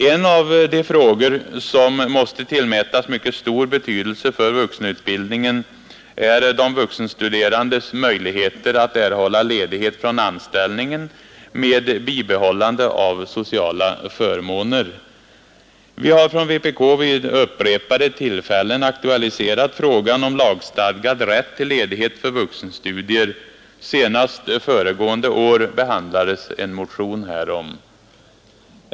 En av de frågor som måste tillmätas mycket stor betydelse för vuxenutbildningen är de vuxenstuderandes möjligheter att erhålla ledighet från anställningen med bibehållande av sociala förmåner. Vi har från vpk vid upprepade tillfällen aktualiserat frågan om lagstadgad rätt till ledighet för vuxenstudier. Senast föregående år behandlades en motion härom.